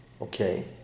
okay